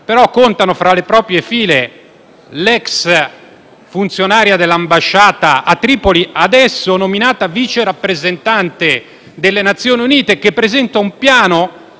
ma contano fra le proprie file l'ex funzionaria dell'ambasciata a Tripoli, adesso nominata vice rappresentante delle Nazioni Unite in Libia, che presenta un piano